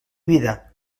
vida